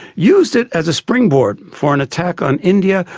use it as a springboard for an attack on india,